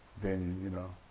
then, you know,